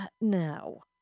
No